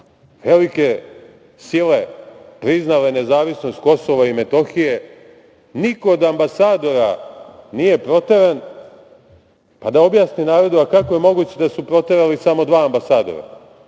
velike sile priznale nezavisnost Kosova i Metohije? Niko od ambasadora nije proteran, pa da objasni narodu kako je moguće da su proterali samo dva ambasadora,